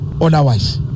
otherwise